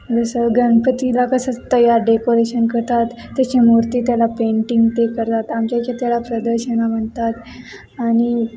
जसं गणपतीला कसं तयार डेकोरेशन करतात त्याची मूर्ती त्याला पेंटिंग ते करतात आमच्या इथे त्याला प्रदर्शनं म्हणतात आणि